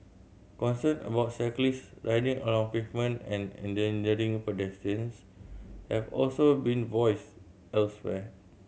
concern about cyclists riding on pavement and endangering pedestrians have also been voiced elsewhere